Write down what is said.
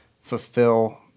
fulfill